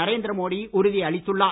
நரேந்திர மோடி உறுதியளித்துள்ளார்